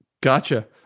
Gotcha